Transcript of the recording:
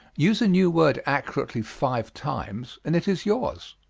use a new word accurately five times and it is yours.